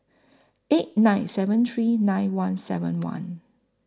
eight nine seven three nine one seven one